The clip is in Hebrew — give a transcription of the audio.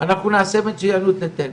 אנחנו נעשה מצוינות בטניס.